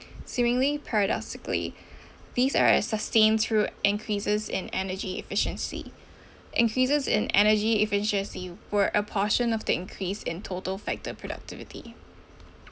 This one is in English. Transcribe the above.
seemingly paradoxically these are a sustained through increases in energy efficiency increases in energy efficiency were a portion of the increase in total factor productivity